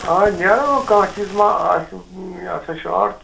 آ نیرَن وۄنۍ کانٛہہ چیٖز مَہ آسہِ یہِ ہسا شاٹ